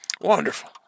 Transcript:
Wonderful